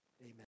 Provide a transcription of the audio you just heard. Amen